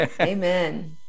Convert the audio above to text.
Amen